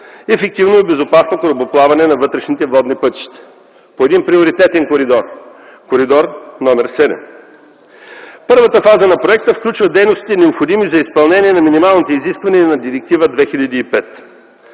ефективно и безопасно корабоплаване на вътрешните водни пътища по един приоритетен коридор – коридор № 7. Първата фаза на проекта включва дейностите, необходими за изпълнение на минималните изисквания на Директива 2005.